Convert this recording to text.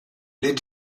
les